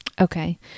Okay